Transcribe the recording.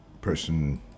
person